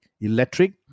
electric